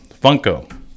Funko